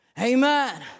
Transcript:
Amen